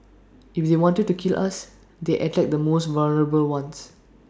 if they wanted to kill us they attack the most vulnerable ones